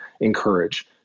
encourage